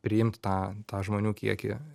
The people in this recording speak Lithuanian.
priimtą tą tą žmonių kiekį